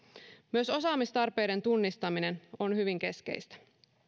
myös osaamistarpeiden tunnistaminen on hyvin keskeistä